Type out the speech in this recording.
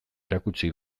erakutsi